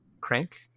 crank